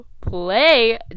play